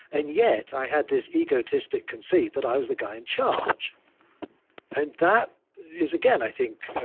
and yet, i had this egotistic conceit that i was the guy in charge and that is, again, i think,